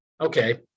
okay